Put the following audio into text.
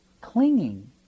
clinging